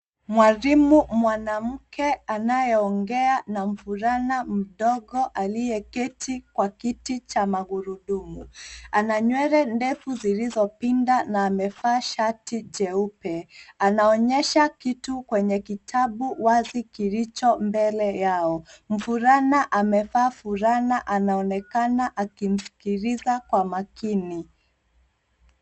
Mwalimu mwanamke anayeongea na mvulana mdogo aliyeketi kwa kiti cha magurudumu. Ana nywele ndefu zilizopinda na amevaa shati jeupe anaonyesha kitu kwenye kitabu wazi kilicho mbele yao. Mvulana amevaa fulana anaonekana akimsikiliza kwa makini.